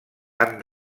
han